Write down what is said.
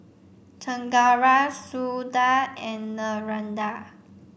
Chengara Suda and Narendra